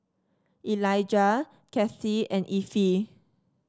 Elijah Cathi and Effie